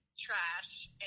trash